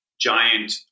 giant